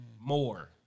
More